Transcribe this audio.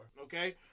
Okay